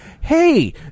Hey